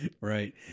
right